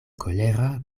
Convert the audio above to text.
kolera